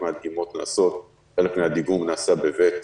אנשינו נמצאים שם.